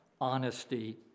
honesty